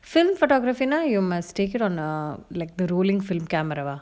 film photography now you must take it on err like the rolling film camera ah